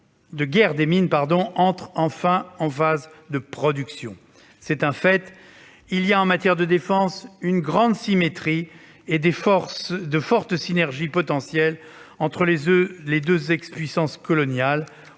de guerre des mines entre enfin en phase de production. C'est un fait : en matière de défense, il y a une grande symétrie et de fortes synergies potentielles entre les deux ex-puissances coloniales,